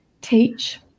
teach